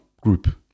group